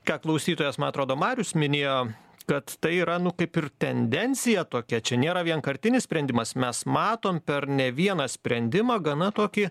ką klausytojas man atrodo marius minėjo kad tai yra nu kaip ir tendencija tokia čia nėra vienkartinis sprendimas mes matom per ne vieną sprendimą gana tokį